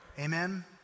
Amen